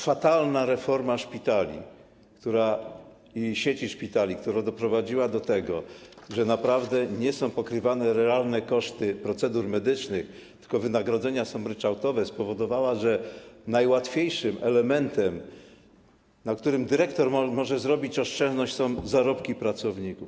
Fatalna reforma szpitali i sieci szpitali - która doprowadziła do tego, że naprawdę nie są pokrywane realne koszty procedur medycznych, tylko wynagrodzenia są ryczałtowe - spowodowała, że najłatwiejszym elementem, na którym dyrektor może zaoszczędzić, są zarobki pracowników.